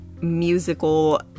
musical